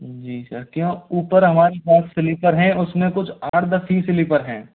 जी sir क्यों ऊपर हमारे पास स्लीपर हैं उस में कुछ आठ दस ही स्लीपर हैं